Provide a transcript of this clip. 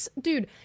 dude